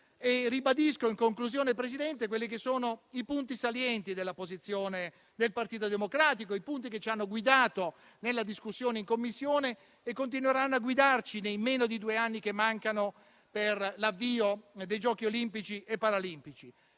iniziativa. In conclusione, signor Presidente, ribadisco i punti salienti della posizione del Partito Democratico, che ci hanno guidato nella discussione in Commissione e che continueranno a guidarci nei meno di due anni che mancano per l'avvio dei Giochi olimpici e paralimpici.